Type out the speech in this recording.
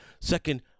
Second